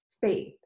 faith